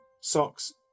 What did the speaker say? socks